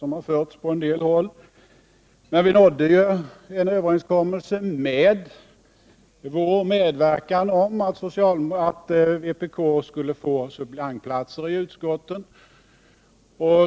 Med vår medverkan uppnåddes emellertid en överenskommelse om att vpk skulle få suppleantplatser i utskotten.